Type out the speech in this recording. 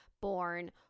born